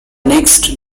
next